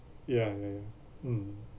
ya ya ya mm